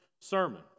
sermon